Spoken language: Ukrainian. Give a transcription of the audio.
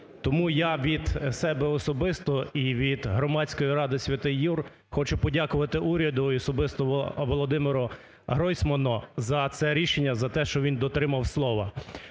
Тому я від себе особисто і від громадської ради "Святий Юр" хочу подякувати уряду і особисто Володимиру Гройману за це рішення, за те, що він дотримав слова.